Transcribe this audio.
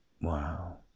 Wow